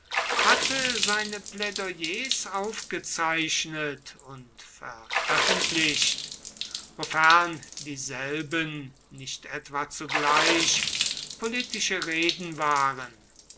hatte seine plädoyers aufgezeichnet und veröffentlicht wofern dieselben nicht etwa zugleich politische reden waren